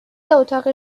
اتاق